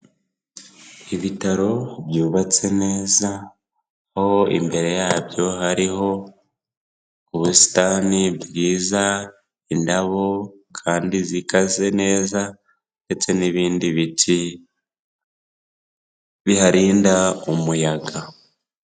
Ibitaro byubatse neza aho imbere yabyo hariho ubusitani bwiza, indabo kandi zikaze neza ndetse n'ibindi biti biharinda umuyaga.